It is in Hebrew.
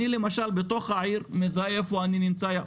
למשל בתוך העיר אני מזהה איפה אני נמצא.